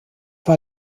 war